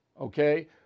okay